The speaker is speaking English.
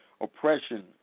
oppression